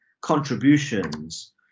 contributions